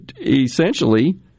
essentially